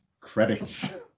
credits